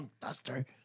duster